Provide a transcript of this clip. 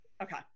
Okay